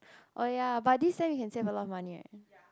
oh ya but this seem you can save a lot of money right